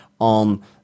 on